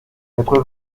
quatre